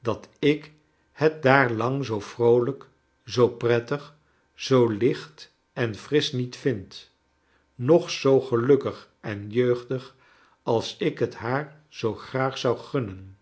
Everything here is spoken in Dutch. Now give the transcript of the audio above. dat ik het daar lang zoo vroolijk zoo prettig zoo licht en frisch niet vind noch zoo gelukkig en jeugdig als ik het haar zoo graag zou gunnen